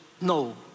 no